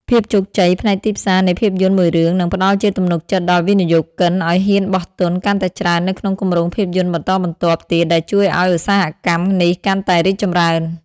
ភាពជោគជ័យផ្នែកទីផ្សារនៃភាពយន្តមួយរឿង នឹងផ្ដល់ជាទំនុកចិត្តដល់វិនិយោគិនឱ្យហ៊ានបោះទុនកាន់តែច្រើននៅក្នុងគម្រោងភាពយន្តបន្តបន្ទាប់ទៀតដែលជួយឱ្យឧស្សាហកម្មនេះកាន់តែរីកចម្រើន។